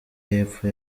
y’epfo